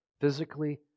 Physically